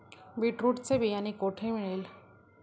Beetroot चे बियाणे कोठे मिळेल?